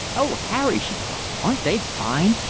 oh, harry! she cried, aren't they fine!